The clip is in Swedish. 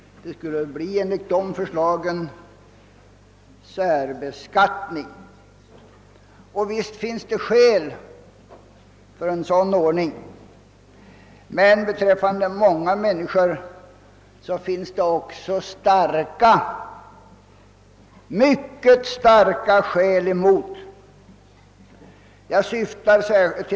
Gemensamt för dessa förslag var att de förordade en särbeskattning. Visst finns det skäl för en sådan ordning. Men beträffande många människor finns det också mycket starka skäl emot en obligatorisk särbeskattning.